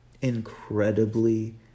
incredibly